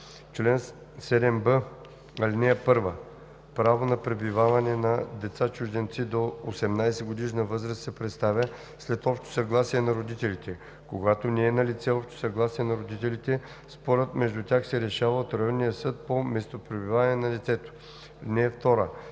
„Чл. 7б. (1) Право на пребиваване на деца чужденци до 18 годишна възраст се предоставя след общо съгласие на родителите. Когато не е налице общо съгласие на родителите, спорът между тях се решава от районния съд по местопребиваване на детето. (2)